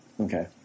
Okay